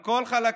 על כל חלקיה,